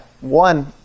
One